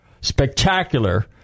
spectacular